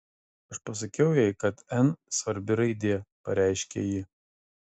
aš pasakiau jai kad n svarbi raidė pareiškė ji